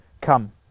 come